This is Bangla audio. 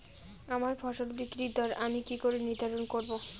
আমার ফসল বিক্রির দর আমি কি করে নির্ধারন করব?